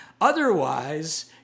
otherwise